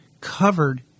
covered